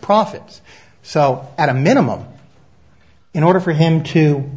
profits so at a minimum in order for him to